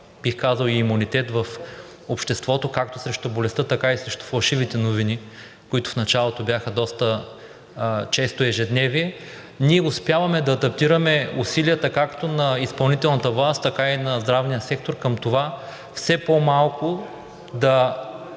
бих казал, и на имунитет в обществото както срещу болестта, така и срещу фалшивите новини, които в началото бяха доста често ежедневие, ние успяваме да адаптираме усилията както на изпълнителната власт, така и на здравния сектор към това все по-малко